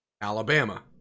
Alabama